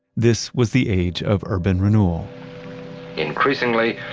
this was the age of urban renewal increasingly,